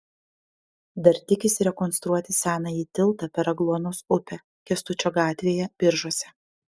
dar tikisi rekonstruoti senąjį tiltą per agluonos upę kęstučio gatvėje biržuose